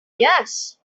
yes